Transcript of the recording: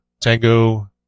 Tango